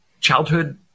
childhood